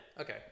Okay